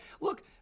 Look